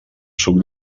suc